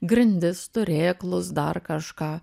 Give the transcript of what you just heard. grindis turėklus dar kažką